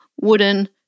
wooden